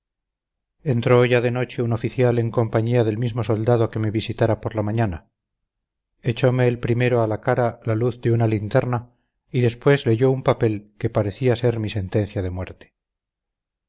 ya de noche un oficial en compañía del mismo soldado que me visitara por la mañana echome el primero a la cara la luz de una linterna y después leyó un papel que parecía ser mi sentencia de muerte